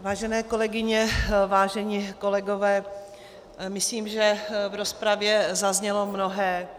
Vážené kolegyně, vážení kolegové, myslím, že v rozpravě zaznělo mnohé.